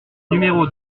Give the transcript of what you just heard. numéro